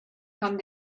come